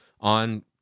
on